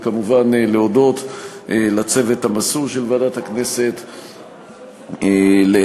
וכמובן להודות לצוות המסור של ועדת הכנסת: לאתי,